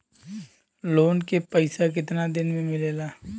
Loan के पैसा कितना दिन मे मिलेला?